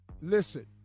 Listen